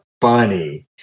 funny